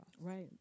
Right